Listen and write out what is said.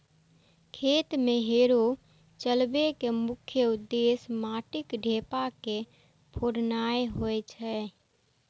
खेत मे हैरो चलबै के मुख्य उद्देश्य माटिक ढेपा के फोड़नाय होइ छै